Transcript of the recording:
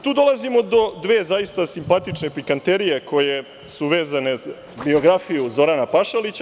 Tu dolazimo do dve zaista simpatične pikanterije koje su vezane za biografiju Zorana Pašalića.